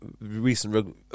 recent